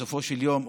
בסופו של יום,